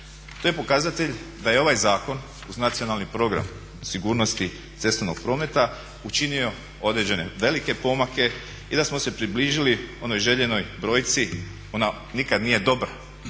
To je pokazatelj da je ovaj zakon uz Nacionalni program sigurnosti cestovnog prometa učinio određene velike pomake i da smo se približili onoj željenoj brojci. Ona nikad nije dobra,